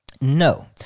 No